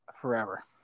forever